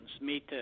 meet